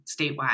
statewide